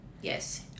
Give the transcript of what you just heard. yes